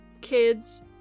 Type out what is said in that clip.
kids